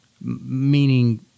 meaning